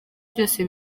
byose